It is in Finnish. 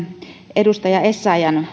edustaja essayahn